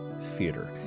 theater